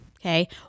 okay